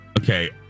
Okay